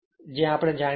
જે આપણે જાણીએ છીએ